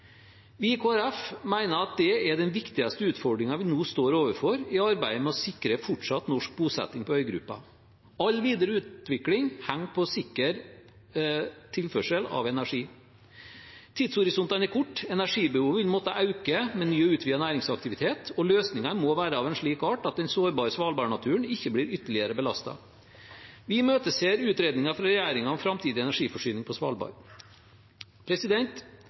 Vi i Kristelig Folkeparti mener at det er den viktigste utfordringen vi nå står overfor i arbeidet med å sikre fortsatt norsk bosetning på øygruppen. All videre utvikling avhenger av sikker tilførsel av energi. Tidshorisontene er korte, energibehovet vil måtte øke med ny og utvidet næringsaktivitet, og løsningene må være av en slik art at den sårbare svalbardnaturen ikke blir ytterligere belastet. Vi imøteser utredningen fra regjeringen om framtidig energiforsyning på Svalbard.